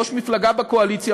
ראש מפלגה בקואליציה,